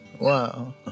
wow